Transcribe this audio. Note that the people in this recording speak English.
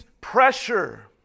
pressure